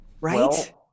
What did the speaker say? right